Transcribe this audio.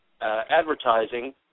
advertising